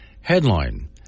Headline